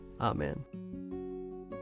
Amen